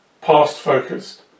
past-focused